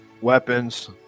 Weapons